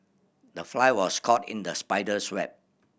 the fly was caught in the spider's web